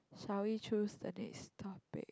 shall we choose the next topic